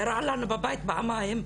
ירה עלינו בבית פעמיים,